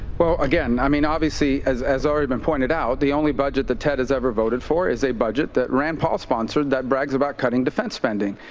well, again, i mean, obviously, as as already has been pointed out, the only budget that ted has ever voted for is a budget that rand paul sponsored that brags about cutting defense spending.